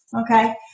Okay